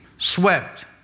swept